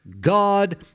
God